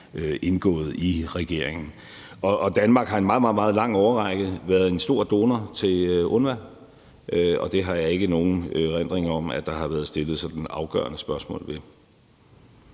indgået i regeringen. Og Danmark har i en meget, meget lang årrække været en stor donor til UNRWA, og det har jeg ikke nogen erindring om at der har været stillet sådan afgørende spørgsmålstegn